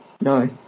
No